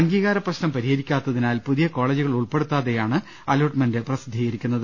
അംഗീകാരപ്രശ്നം പരിഹരി ക്കാത്തതിനാൽ പുതിയ കോളേജുകൾ ഉൾപ്പെടുത്താതെയാണ് അലോ ട്ട്മെന്റ് പ്രസിദ്ധീകരിക്കുന്നത്